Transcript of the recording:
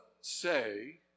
say